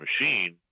machine